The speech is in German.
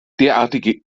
derartige